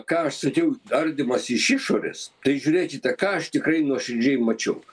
ką aš sakiau ardymas iš išorės tai žiūrėkite ką aš tikrai nuoširdžiai mačiau